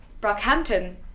Brockhampton